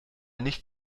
nicht